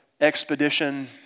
expedition